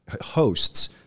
hosts